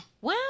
Wow